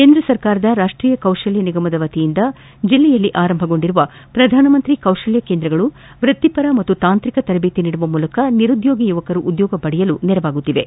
ಕೇಂದ್ರ ಸರ್ಕಾರದ ರಾಷ್ಟೀಯ ಕೌಶಲ್ಯ ನಿಗಮದ ವತಿಯಿಂದ ಜಿಲ್ಲೆಯಲ್ಲಿ ಆರಂಭಗೊಂಡ ಪ್ರಧಾನ ಮಂತ್ರಿ ಕೌಶಲ್ಯ ಕೇಂದ್ರಗಳು ವೃತ್ತಿಪರ ಮತ್ತು ತಾಂತ್ರಿಕ ತರಬೇತಿ ನೀಡುವ ಮೂಲಕ ನಿರುದ್ಯೋಗಿ ಯುವಕರು ಉದ್ಯೋಗ ಪಡೆಯಲು ನೆರವಾಗುತ್ತಿವೆ